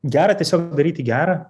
gera tiesiog daryti gera